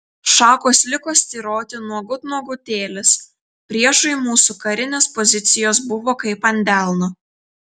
šakos liko styroti nuogut nuogutėlės priešui mūsų karinės pozicijos buvo kaip ant delno